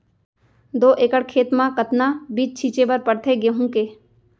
दो एकड़ खेत म कतना बीज छिंचे बर पड़थे गेहूँ के?